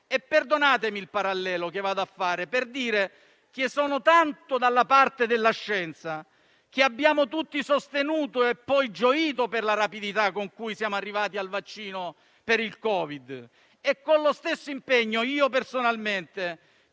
Perdonatemi il parallelo che vado a fare per dire che sono tanto dalla parte della scienza che abbiamo tutti sostenuto e poi gioito per la rapidità con cui siamo arrivati al vaccino per il Covid, e con lo stesso impegno io personalmente